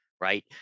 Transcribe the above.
right